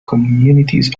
communities